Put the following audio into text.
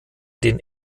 den